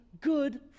good